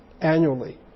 annually